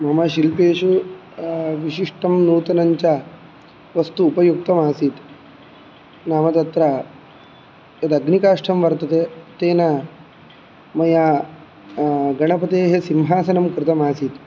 मम शिल्पेषु विशिष्टं नूतनं च वस्तु उपयुक्तमासीत् नाम तत्र यदग्निकाष्ठं वर्तते तेन मया गणपतेः सिंहासनं कृतमासीत्